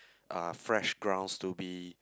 uh fresh grounds to be